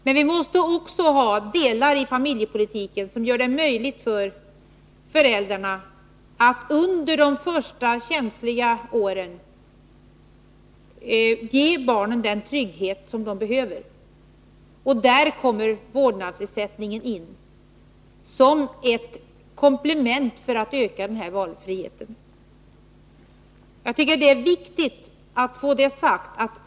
Men i familjepolitiken måste vi också göra det möjligt för föräldrarna att under barnens första, känsliga år ge dem den trygghet som de behöver. Där kommer vårdnadsersättningen in som ett komplement för att öka valfriheten. Det är viktigt att få detta sagt.